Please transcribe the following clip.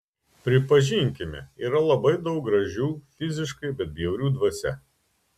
pripažinkime yra labai daug gražių fiziškai bet bjaurių dvasia